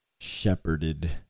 Shepherded